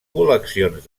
col·leccions